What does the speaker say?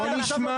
בוקר טוב,